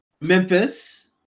Memphis